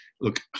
look